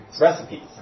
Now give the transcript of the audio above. recipes